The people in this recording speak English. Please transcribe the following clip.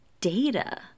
data